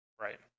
Right